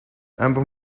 ambos